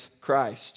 Christ